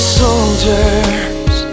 soldiers